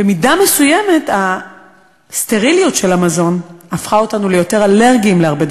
במידה מסוימת הסטריליות של המזון הפכה אותנו ליותר אלרגיים להרבה דברים,